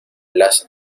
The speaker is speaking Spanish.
las